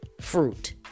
fruit